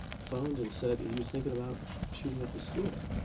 phoned and said he was thinking about shooting up his school.